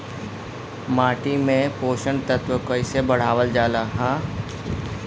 माटी में पोषक तत्व कईसे बढ़ावल जाला ह?